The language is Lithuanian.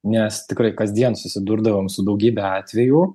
nes tikrai kasdien susidurdavom su daugybe atvejų